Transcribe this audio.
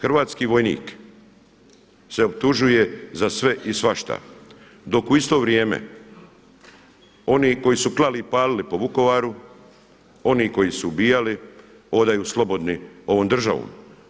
Hrvatski vojnik se optužuje za sve i svašta, dok u isto vrijeme oni koji su klali i palili po Vukovaru, oni koji su ubijali hodaju slobodni ovom državom.